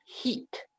heat